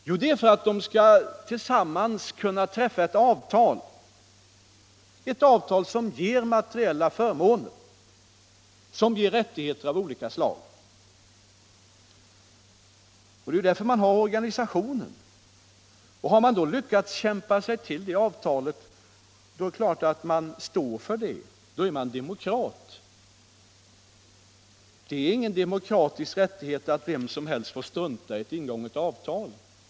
Jo, det är för att de tillsammans skall kunna träffa ett avtal som ger materiella förmåner och som ger rättigheter av olika slag. Det är därför som organisationer finns. Har man då lyckats kämpa sig till ett avtal, är det klart att man står för det — då är man demokrat. Det är ingen demokratisk rättighet att vem som helst får strunta i ett ingånget avtal.